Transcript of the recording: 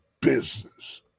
business